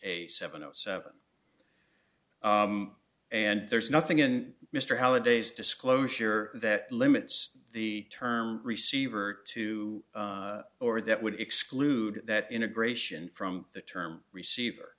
a seven o seven and there's nothing in mr halliday's disclosure that limits the term receiver to or that would exclude that integration from the term receiver